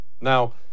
Now